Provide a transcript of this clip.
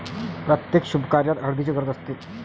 प्रत्येक शुभकार्यात हळदीची गरज असते